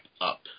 up